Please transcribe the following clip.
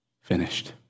finished